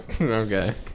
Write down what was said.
Okay